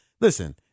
listen